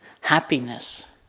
Happiness